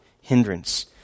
hindrance